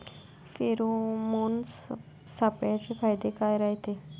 Pheromone सापळ्याचे फायदे काय रायते?